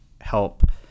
help